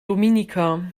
dominica